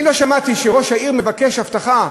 אני לא שמעתי שראש העיר מבקש הבטחה,